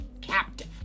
captive